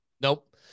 Nope